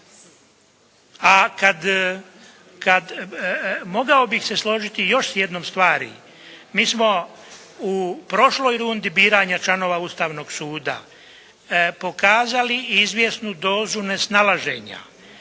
kad, mogao bih se složiti s još jednom stvari. Mi smo u prošloj rundi biranja članova Ustavnog suda pokazali izvjesnu dozu nesnalaženja.